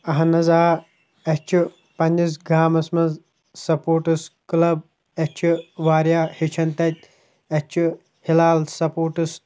اہن حظ آ اَسہِ چھِ پںٛنِس گامَس منٛز سٕپوٹٕس کٕلَب اَسہِ چھِ واریاہ ہیٚچھَان تَتہِ اَسہِ چھُ ہِلال سٕپوٹٕس